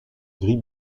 gris